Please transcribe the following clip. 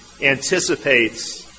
anticipates